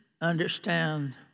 understand